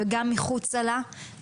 וגם מחוצה להם,